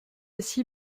aussi